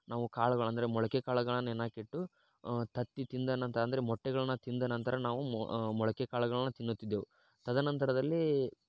ನಾವು ಕಾಳುಗಳು ಅಂದರೆ ಮೊಳಕೆ ಕಾಳುಗಳನ್ನು ನೆನೆ ಹಾಕಿಟ್ಟು ತತ್ತಿ ತಿಂದ ನಂತರ ಅಂದರೆ ಮೊಟ್ಟೆಗಳನ್ನು ತಿಂದ ನಂತರ ನಾವು ಮೊ ಮೊಳಕೆ ಕಾಳುಗಳನ್ನು ತಿನ್ನುತ್ತಿದ್ದೆವು ತದನಂತರದಲ್ಲಿ